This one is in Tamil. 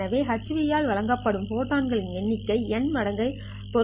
எனவே hν ஆல் வழங்கப்படும் ஃபோட்டான்களின் எண்ணிக்கை η மடங்கை பொறுத்தது ஆகும்